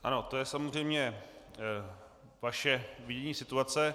Ano, to je samozřejmě vaše vidění situace.